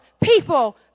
people